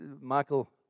Michael